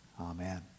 Amen